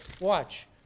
Watch